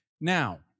Now